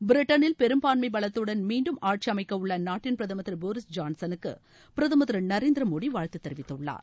பிரிட்டனில் பெரும்பான்மை பலத்துடன் மீண்டும் ஆட்சி அமைக்கவுள்ள அந்நாட்டின் பிரதமா் திரு போரீஸ் ஜான்சனுக்கு பிரதமர் திரு நரேந்திரமோடி வாழ்த்து தெரிவித்துள்ளார்